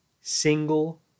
single